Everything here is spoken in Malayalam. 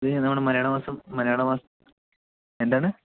ഇത് നമ്മുടെ മലയാള മാസം മലയാള മാസം എന്താണ്